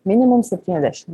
minimum septyniasdešim